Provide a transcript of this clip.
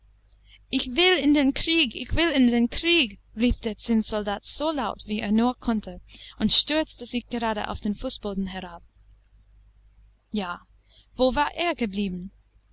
ich will in den krieg ich will in den krieg rief der zinnsoldat so laut wie er nur konnte und stürzte sich gerade auf den fußboden herab ja wo war er geblieben